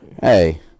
Hey